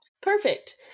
Perfect